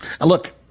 Look